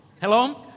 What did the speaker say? Hello